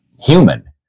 Human